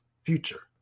future